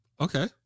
okay